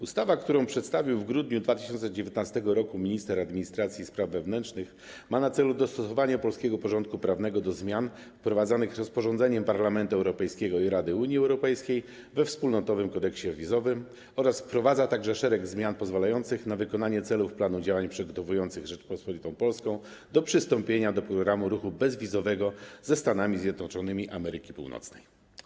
Ustawa, którą przedstawił w grudniu 2019 r. minister administracji i spraw wewnętrznych, ma na celu dostosowanie polskiego porządku prawnego do zmian wprowadzonych rozporządzeniem Parlamentu Europejskiego i Rady Unii Europejskiej we Wspólnotowym Kodeksie Wizowym oraz wprowadza szereg zmian pozwalających na wykonanie celów planów działań przygotowujących Rzeczpospolitą Polską do przystąpienia do programu ruchu bezwizowego ze Stanami Zjednoczonymi Ameryki Północnej.